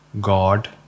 God